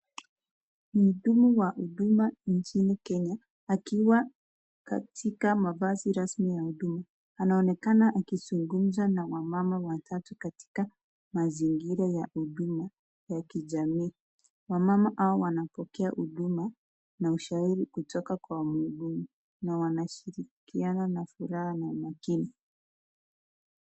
Mhudumu wa huduma nchini kenya akiwa katika mavazi rasmi ya huduma. Anaonekana akizungumza na wamama watatu katika mazingira ya huduma ya kijamii. Wamama hao wanapokea huduma na ushauri kutoka kwa muhudumu na wanashirikiana na furaha na umakini.